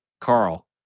Carl